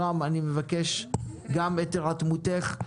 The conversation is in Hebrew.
נעם דן, אני מבקש גם את ההירתמות שלך.